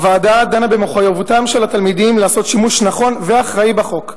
הוועדה דנה במחויבותם של התלמידים לעשות שימוש נכון ואחראי בחוק,